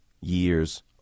years